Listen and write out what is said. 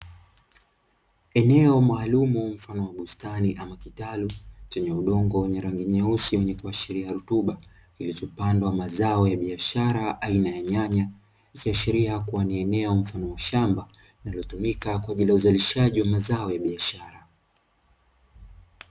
Eneo maalumu mfano wa bustani ama kitalu chenye udongo wenye rangi nyeusi wenye kuashiria rutuba kilichopandwa mazao ya biashara aina ya nyanya, ikiashiria kuwa ni eneo mfano wa shamba lililotumika kwa ajili ya uzalishaji wa mazao ya biashara.